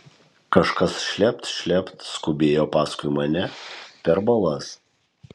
kažkas šlept šlept skubėjo paskui mane per balas